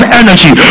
energy